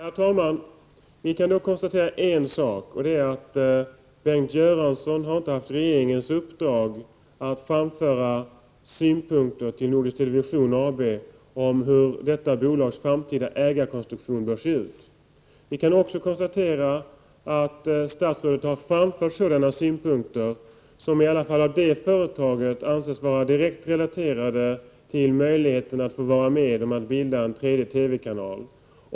Herr talman! Vi kan konstatera en sak, nämligen att Bengt Göransson har inte haft regeringens uppdrag att framföra synpunkter till Nordisk Television AB om hur detta bolags framtida ägarkonstruktion bör se ut. Vi kan också konstatera att statsrådet har framfört sådana synpunkter som i alla fall av företrädare för det företaget anses vara direkt relaterade till möjligheterna att få vara med om att bilda en tredje TV-kanal.